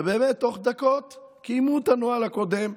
ובאמת תוך דקות קיימו את הנוהל הקודם,